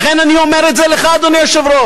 לכן, אני אומר את זה לך, אדוני היושב-ראש.